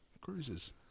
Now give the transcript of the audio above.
Cruises